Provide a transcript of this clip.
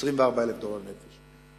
24,000 דולר לנפש,